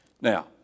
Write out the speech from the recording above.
Now